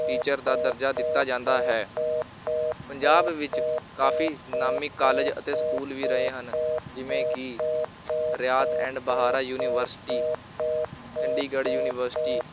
teacher ਦਾ ਦਰਜਾ ਦਿੱਤਾ ਜਾਂਦਾ ਹੈ ਪੰਜਾਬ ਵਿੱਚ ਕਾਫੀ ਨਾਮੀ ਕਾਲਜ ਅਤੇ ਸਕੂਲ ਵੀ ਰਹੇ ਹਨ ਜਿਵੇਂ ਕਿ Rayat and Bahra university Chandigarh university